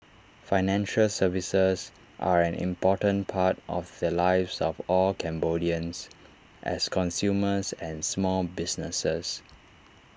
financial services are an important part of the lives of all Cambodians as consumers and small businesses